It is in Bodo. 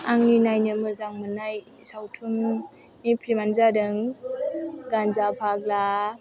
आंनि नायनो मोजां मोननाय सावथुननि फिल्मानो जादों गान्जा फाग्ला